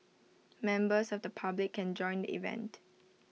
members of the public can join event